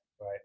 Right